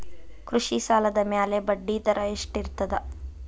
ಕೃಷಿ ಸಾಲದ ಮ್ಯಾಲೆ ಬಡ್ಡಿದರಾ ಎಷ್ಟ ಇರ್ತದ?